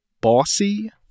bossy